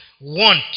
want